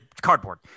cardboard